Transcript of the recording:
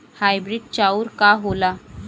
Hybrid चाउर का होला?